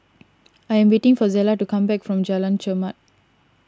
I am waiting for Zella to come back from Jalan Chermat